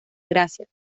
gracias